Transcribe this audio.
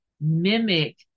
mimic